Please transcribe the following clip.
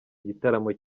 igitaramo